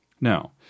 Now